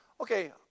okay